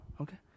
Okay